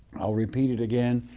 i'll repeat it again,